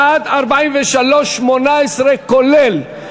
עד 43(18), כולל.